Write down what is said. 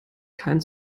kein